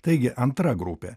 taigi antra grupė